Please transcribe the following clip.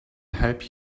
help